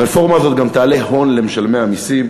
הרפורמה הזאת גם תעלה הון למשלמי המסים,